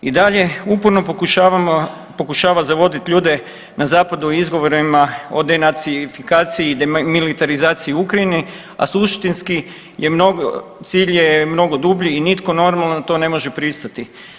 I dalje uporno pokušava zavodit ljude na zapadu izgovorima od denacifikaciji i demilitarizaciji Ukrajine, a suštinski cilj je mnogo dublji i nitko normalan na to ne može pristati.